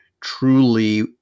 truly